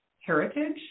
heritage